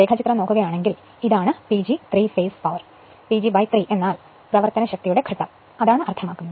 diagram നോക്കുകയാണെങ്കിൽ ഇതാണ് PG3 phase power PG 3 എന്നാൽ പ്രവർത്തന ശക്തിയുടെ ഘട്ടം ആണ് എന്നാണ് അർത്ഥമാക്കുന്നത്